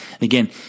Again